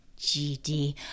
GD